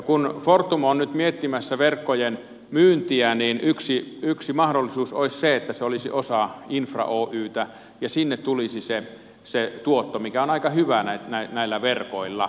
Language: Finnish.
kun fortum on nyt miettimässä verkkojen myyntiä niin yksi mahdollisuus olisi se että se olisi osa infra oytä ja sinne tulisi se tuotto mikä on aika hyvä näillä verkoilla